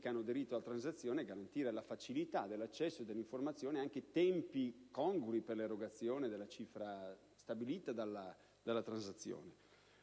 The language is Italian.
che hanno aderito alla transazione almeno la facilità dell'accesso e dell'informazione e anche tempi congrui per l'erogazione della cifra stabilita dalla transazione